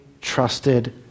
trusted